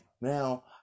now